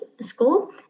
school